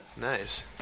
Nice